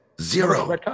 Zero